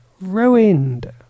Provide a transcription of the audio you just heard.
Ruined